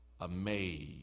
amazed